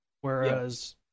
Whereas